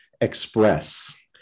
express